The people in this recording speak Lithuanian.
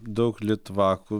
daug litvakų